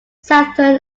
southern